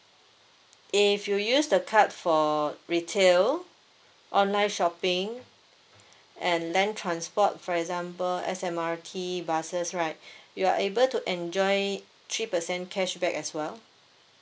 if you use the card for retail online shopping and land transport for example S_M_R_T buses right you are able to enjoy three percent cashback as well